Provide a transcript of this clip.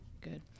Good